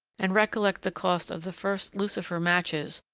and recollect the cost of the first lucifer matches,